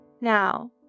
now